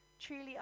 Truly